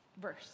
verse